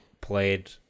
played